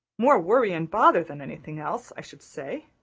more worry and bother than anything else, i should say.